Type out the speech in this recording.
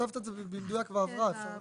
כתבת את זה במדויק בהבראה, אפשר להעתיק.